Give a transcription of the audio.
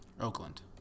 Oakland